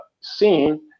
seeing